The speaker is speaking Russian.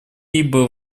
либо